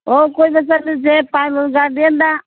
ꯍꯣ ꯀꯣꯏꯕ ꯆꯠꯂꯨꯁꯦ ꯄꯥꯏꯟ ꯋꯨꯠ ꯒꯥꯔꯗꯦꯟꯗ